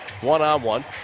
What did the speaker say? One-on-one